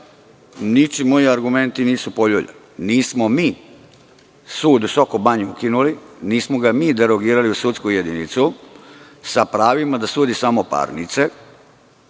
ničim moji argumenti nisu poljuljani. Nismo mi sud u Soko Banji ukinuli. Nismo ga mi derogirali u sudsku jedinicu sa pravima da sudi samo parnice,